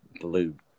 blue